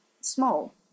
small